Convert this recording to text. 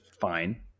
fine